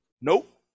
Nope